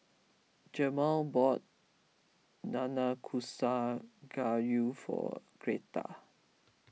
Jamar bought Nanakusa Gayu for Gretta